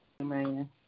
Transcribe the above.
Amen